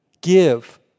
Give